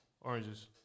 oranges